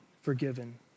forgiven